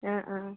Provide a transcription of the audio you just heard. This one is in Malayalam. ആ ആ